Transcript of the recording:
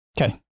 Okay